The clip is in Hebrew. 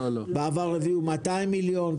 בעבר הביאו 200 מיליון.